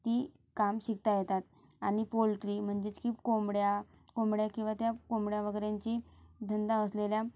ती काम शिकता येतात आणि पोल्ट्री म्हणजेच की कोंबड्या कोंबड्या किंवा त्या कोंबड्या वगैरेंची धंदा असलेल्या